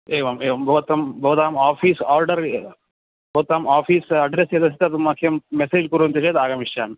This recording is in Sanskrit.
एवम् एवं भवतां भवतां ओफ़िस् ओर्डर् भवतां ओफ़ीस् अड्रेस् यदस्ति तद् मह्यं मेसेज् कुर्वन्ति चेत् आगमिष्यामि